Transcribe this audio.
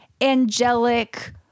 angelic